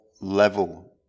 level